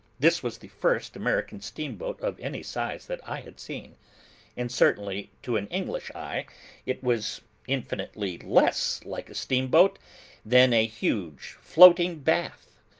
this was the first american steamboat of any size that i had seen and certainly to an english eye it was infinitely less like a steamboat than a huge floating bath.